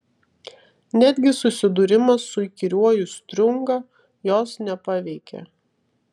netgi susidūrimas su įkyriuoju striunga jos nepaveikė